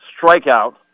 strikeout